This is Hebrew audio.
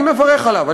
אני מברך עליו.